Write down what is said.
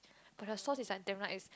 but their sauce is like damn nice